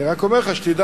אני רק אומר לך שתדע.